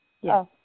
Yes